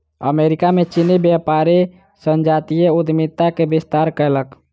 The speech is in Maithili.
अमेरिका में चीनी व्यापारी संजातीय उद्यमिता के विस्तार कयलक